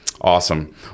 awesome